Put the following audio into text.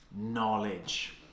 knowledge